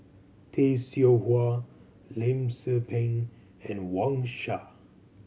Tay Seow Huah Lim Tze Peng and Wang Sha